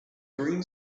green